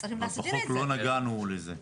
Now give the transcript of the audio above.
בחוק לא נגענו בזה.